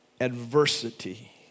adversity